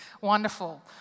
Wonderful